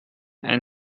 and